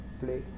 play